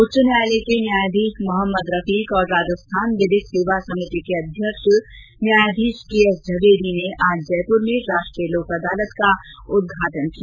उच्च न्यायालय के न्यायाधीश मोहम्मद रफीक और राजस्थान विधिक सेवा समिति के अध्यक्ष न्यायाधीश के एस झवेरी ने आज जयपुर में राष्ट्रीय लोक अदालत का आज उदघाटन किया